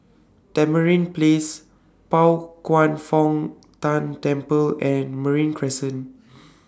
Tamarind Place Pao Kwan Foh Tang Temple and Marine Crescent